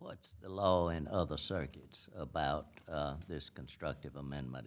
that the low end of the circuit about this constructive amendment